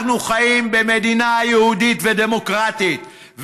אנחנו חיים במדינה יהודית ודמוקרטית,